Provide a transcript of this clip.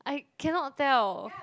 I cannot tell